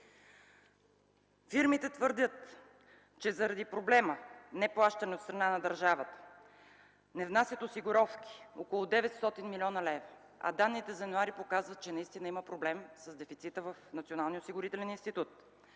Фирмите твърдят, че заради проблема неплащане от страна на държавата не внасят осигуровки около 900 млн. лв., а данните за м. януари показват, че наистина има проблем с дефицита в